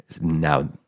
Now